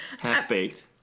Half-baked